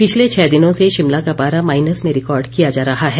पिछले छह दिनों से शिमला का पारा माइनस में रिकार्ड किया जा रहा है